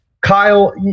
Kyle